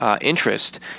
interest